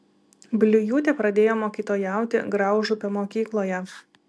bliujūtė pradėjo mokytojauti graužupio mokykloje